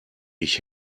ich